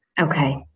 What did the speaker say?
Okay